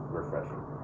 refreshing